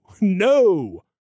no